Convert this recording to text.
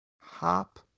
Hop